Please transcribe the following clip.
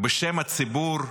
בשם הציבור,